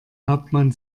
hauptmann